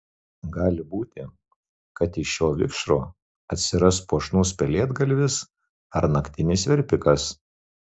gali būti kad iš šio vikšro atsiras puošnus pelėdgalvis ar naktinis verpikas